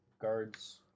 Guards